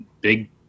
big